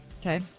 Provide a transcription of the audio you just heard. Okay